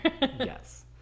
Yes